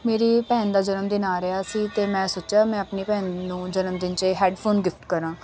ਮੇਰੀ ਭੈਣ ਦਾ ਜਨਮਦਿਨ ਆ ਰਿਆ ਸੀ ਅਤੇ ਮੈਂ ਸੋਚਿਆ ਮੈਂ ਆਪਣੀ ਭੈਣ ਨੂੰ ਜਨਮਦਿਨ 'ਚ ਇਹ ਹੈਡਫੋਨ ਗਿਫ਼ਟ ਕਰਾਂ